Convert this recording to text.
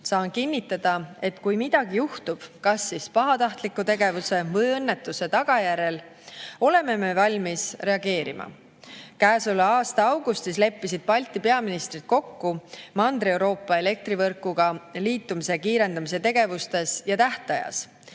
Saan kinnitada, et kui midagi juhtub, kas pahatahtliku tegevuse või õnnetuse tagajärjel, siis oleme me valmis reageerima. Käesoleva aasta augustis leppisid Balti peaministrid kokku Mandri-Euroopa elektrivõrguga liitumise kiirendamise tegevustes ja tähtajas.